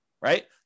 right